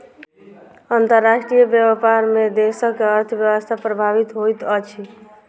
अंतर्राष्ट्रीय व्यापार में देशक अर्थव्यवस्था प्रभावित होइत अछि